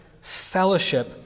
fellowship